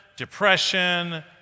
depression